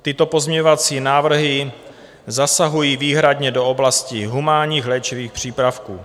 Tyto pozměňovací návrhy zasahují výhradně do oblasti humánních léčivých přípravků.